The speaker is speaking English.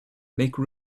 make